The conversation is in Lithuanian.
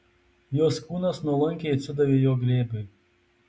jos kūnas nuolankiai atsidavė jo glėbiui